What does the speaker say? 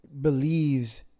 believes